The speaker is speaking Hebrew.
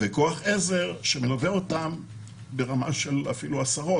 וכוח עזר שמלווה אותם ברמה של עשרות אפילו,